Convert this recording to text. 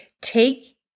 take